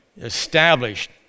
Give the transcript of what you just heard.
established